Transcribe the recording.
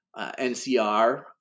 ncr